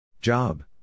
Job